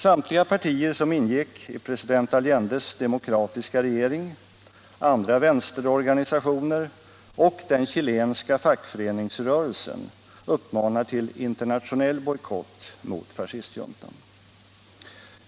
Samtliga partier som ingick i president Allendes demokratiska regering, andra vänsterorganisationer och den chilenska fackföreningsrörelsen uppmanar till internationell bojkott mot fascistjuntan.